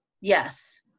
Yes